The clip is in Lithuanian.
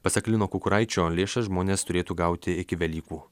pasak lino kukuraičio lėšas žmonės turėtų gauti iki velykų